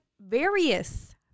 various